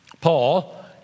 Paul